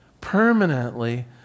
permanently